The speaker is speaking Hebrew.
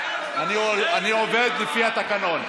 אני עובד לפי התקנון.